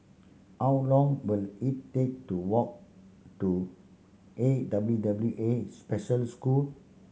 how long will it take to walk to A W W A Special School